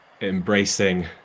embracing